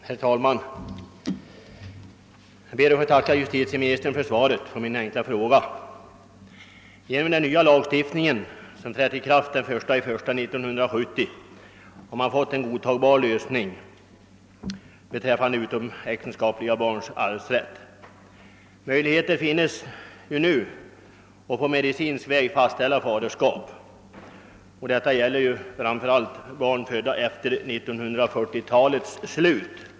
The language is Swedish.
Herr talman! Jag ber att få tacka justitieministern för svaret på min fråga. Den nya lagstiftning som trädde i kraft den 1 januari 1970 innebär en enligt min mening godtagbar lösning av frågan om utomäktenskapliga barns arvsrätt. Möjligheter finnes nu att på medicinsk väg fastställa faderskap, och detta gäller framför allt barn födda efter 1940-talets slut.